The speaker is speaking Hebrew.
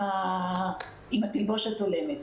לגבי התלבושת ההולמת.